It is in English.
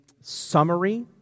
summary